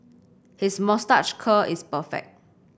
his moustache curl is perfect